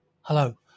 Hello